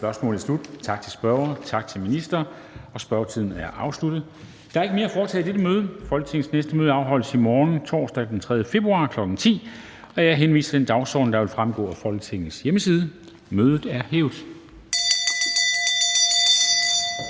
formanden Formanden (Henrik Dam Kristensen): Der er ikke mere at foretage i dette møde. Folketingets næste møde afholdes i morgen, torsdag den 3. februar 2022, kl. 10.00. Jeg henviser til den dagsorden, der vil fremgå af Folketingets hjemmeside. Mødet er hævet.